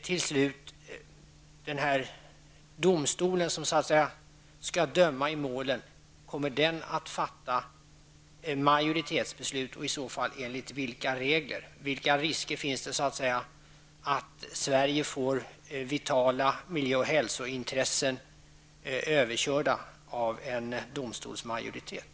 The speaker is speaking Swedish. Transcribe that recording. Till slut: Kommer den domstol som skall döma i målen att fatta majoritetsbeslut och i så fall enligt vilka regler? Vilka risker finns det att Sverige får vitala miljö och hälsointressen överkörda av en domstolsmajoritet?